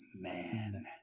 man